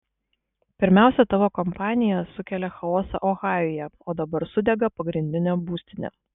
pirmiausia tavo kompanija sukelia chaosą ohajuje o dabar sudega pagrindinė būstinė